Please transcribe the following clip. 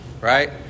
right